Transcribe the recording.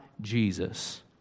Jesus